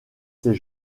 s’est